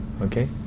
okay